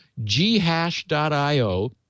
ghash.io